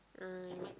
ah